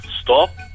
stop